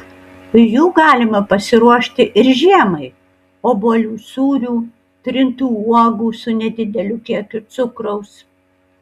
jų galima pasiruošti ir žiemai obuolių sūrių trintų uogų su nedideliu kiekiu cukraus